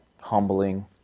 humbling